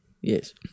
Yes